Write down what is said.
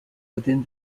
within